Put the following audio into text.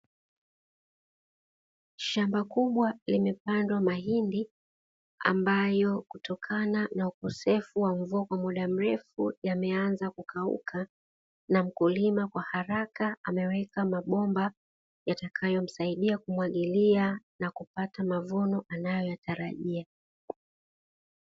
Shamba kubwa limepandwa mahindi ambayo kutokana na ukosefu wa mvua kwa muda mrefu yameanza kukauka, na mkulima kwa haraka ameweka mabomba yatakayomsaidia kumwagilia na kupata mavuno anayotarajia.